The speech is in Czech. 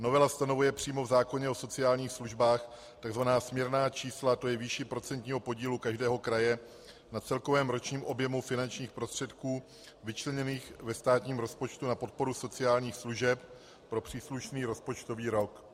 Novela stanovuje přímo v zákoně o sociálních službách tzv. směrná čísla, a to výši procentního podílu každého kraje na celkovém ročním objemu finančních prostředků vyčleněných ve státním rozpočtu na podporu sociálních služeb pro příslušný rozpočtový rok.